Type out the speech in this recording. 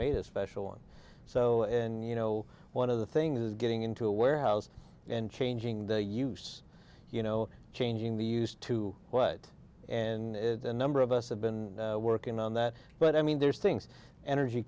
made a special on so and you know one of the things is getting into a warehouse and changing the use you know changing the used to what and the number of us have been working on that but i mean there's things energy